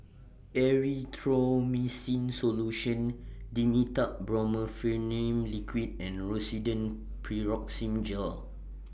Erythroymycin Solution Dimetapp Brompheniramine Liquid and Rosiden Piroxicam Gel